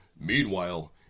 Meanwhile